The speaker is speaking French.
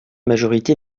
majorité